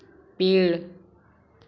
पेड़